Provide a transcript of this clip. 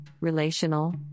relational